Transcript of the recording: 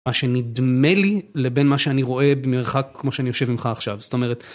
מה שנדמה לי לבין מה שאני רואה במרחק כמו שאני יושב ממך עכשיו זאת אומרת.